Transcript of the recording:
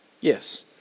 Yes